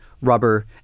rubber